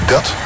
Dat